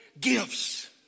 gifts